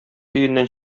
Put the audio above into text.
өеннән